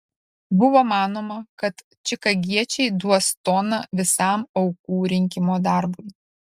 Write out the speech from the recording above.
buvo manoma kad čikagiečiai duos toną visam aukų rinkimo darbui